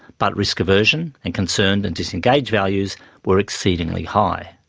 but risk aversion and concerned and disengaged values were exceedingly high.